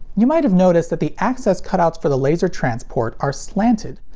you might have noticed that the access cutouts for the laser transport are slanted.